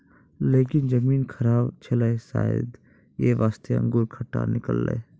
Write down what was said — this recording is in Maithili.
लेकिन जमीन खराब छेलै शायद यै वास्तॅ अंगूर खट्टा निकललै